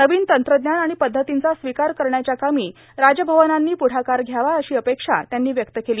नवीन तंत्रज्ञान आणि पखतीचा स्वीकार करण्याध्या कामी राजभवनांनी पुढाकार घ्यावा अशी अपेक्षा त्यांनी व्यक्त केली